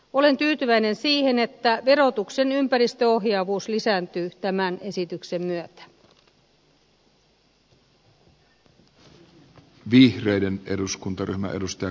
olen tyytyväinen siihen että verotuksen ympäristöohjaavuus lisääntyy tämän esityksen myötä